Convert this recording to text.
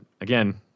again